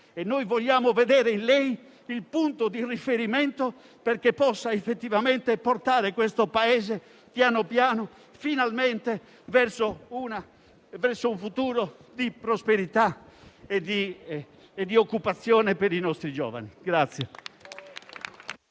e vogliamo vedere in lei il punto di riferimento perché possa effettivamente portare questo Paese pian piano, finalmente, verso un futuro di prosperità e di occupazione per i nostri giovani.